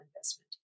investment